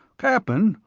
cap'n,